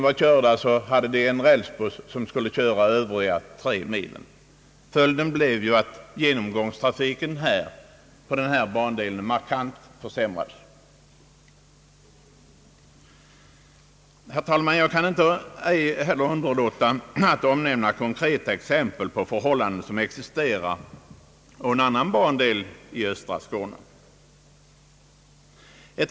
Därefter var det en rälsbuss som skulle köra de återstående tre milen. Följden blev att genomgångstrafi Herr talman! Jag kan inte underlåta att omnämna konkreta exempel på förhållanden som existerar på en annan bandel i östra Skåne.